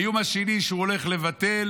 האיום השני שהוא הולך לבטל